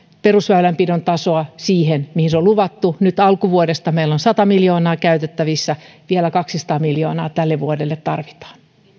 perusväylänpidon tasoa siihen mihin se on luvattu nyt alkuvuodesta meillä on sata miljoonaa käytettävissä ja vielä kaksisataa miljoonaa tälle vuodelle tarvitaan